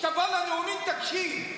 כשתבוא לנאומים, תקשיב.